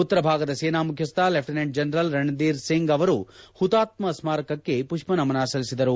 ಉತ್ತರ ಭಾಗದ ಸೇನಾ ಮುಖ್ಯಸ್ಥ ಲೆಫ್ಟಿನೆಂಟ್ ಜನರಲ್ ರಣಧೀರ್ಸಿಂಗ್ ಅವರು ಪುತಾತ್ಮ ಸ್ಮಾರಕಕ್ಕೆ ಮಷ್ಷ ನಮನ ಸಲ್ಲಿಸಿದರು